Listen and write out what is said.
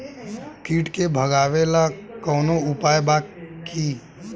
कीट के भगावेला कवनो उपाय बा की?